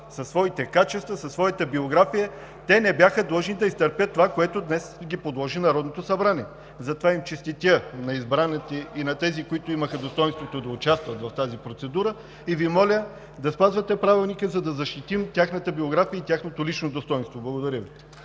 Със своите качества, със своята биография те не бяха длъжни да изтърпят това, на което днес ги подложи Народното събрание. Затова честитя на избраните и на тези, които имаха достойнството да участват в тази процедура, и Ви моля да спазвате Правилника, за да защитим тяхната биография и тяхното лично достойнство. Благодаря Ви.